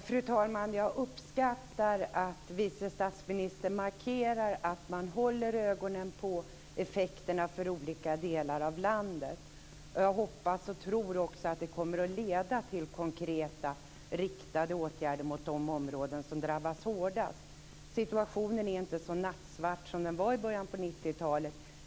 Fru talman! Jag uppskattar att vice statsministern markerar att man håller ögonen på effekterna för olika delar av landet. Jag hoppas och tror att det också kommer att leda till konkreta, riktade åtgärder mot de områden som drabbas hårdast. Situationen är inte så nattsvart som den var i början av 90-talet.